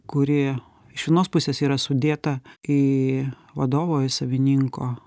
kuri iš vienos pusės yra sudėta į vadovo į savininko